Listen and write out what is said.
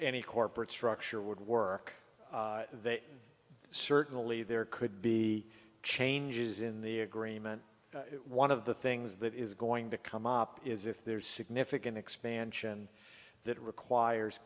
any corporate structure would work there certainly there could be changes in the agreement one of the things that is going to come up is if there's significant expansion that requires